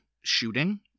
shooting